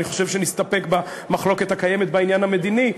אני חושב שנסתפק במחלוקת הקיימת בעניין המדיני,